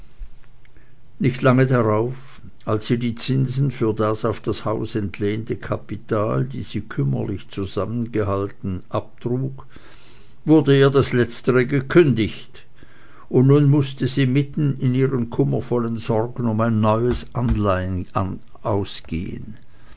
nicht lange darauf als sie die zinsen für das auf das haus entlehnte kapital die sie kümmerlich zusammengehalten abtrug wurde ihr das letztere gekündigt und nun mußte sie mitten in ihren kummervollen sorgen um ein neues anleihen ausgehen